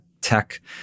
tech